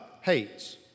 hates